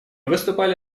выступали